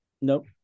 Nope